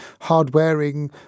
hard-wearing